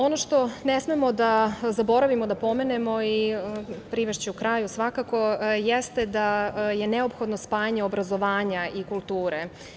Ono što ne smemo da zaboravimo da pomenemo i privešću kraju, jeste da je neophodno spajanje obrazovanja i kulture.